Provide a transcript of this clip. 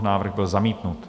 Návrh byl zamítnut.